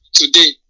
today